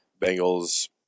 Bengals